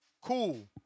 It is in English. Cool